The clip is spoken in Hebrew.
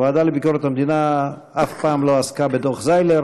הוועדה לביקורת המדינה אף פעם לא עסקה בדוח זיילר.